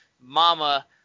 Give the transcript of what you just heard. mama